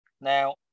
Now